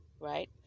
right